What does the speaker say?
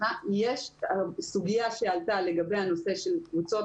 יש סוגיה שעלתה לגבי הנושא של קבוצות